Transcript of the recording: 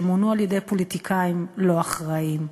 שמונו על-ידי פוליטיקאים לא אחראיים,